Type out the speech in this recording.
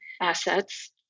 assets